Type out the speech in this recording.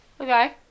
okay